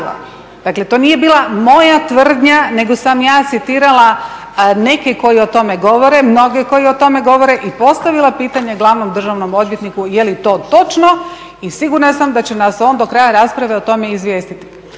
Dakle to nije bila moja tvrdnja nego sam ja citirala neke koji o tome govore, mnoge koji o tome govore i postavila pitanje glavnom državnom odvjetniku je li to točno i sigurna sam da će nas on do kraja rasprave o tome izvijestiti